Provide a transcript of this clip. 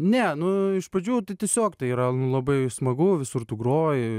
ne nu iš pradžių tai tiesiog tai yra labai smagu visur tu groji